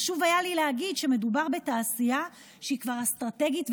חשוב היה לי להגיד שמדובר בתעשייה שהיא כבר אסטרטגית,